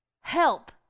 help